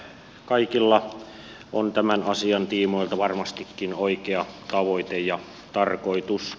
kaikilla on tämän asian tiimoilta varmastikin oikea tavoite ja tarkoitus